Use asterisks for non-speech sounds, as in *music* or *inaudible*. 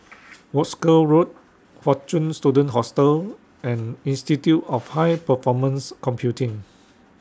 *noise* Wolskel Road Fortune Students Hostel and Institute of *noise* High Performance Computing